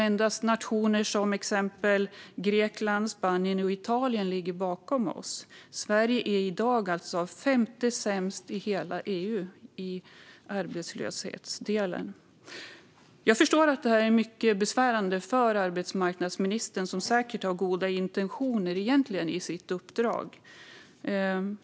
Endast nationer som Grekland, Spanien och Italien ligger bakom oss. Sverige är i dag femte sämst i hela EU i arbetslöshet. Jag förstår att det är besvärande för arbetsmarknadsministern, som säkert har goda intentioner med sitt uppdrag.